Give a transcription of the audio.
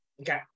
okay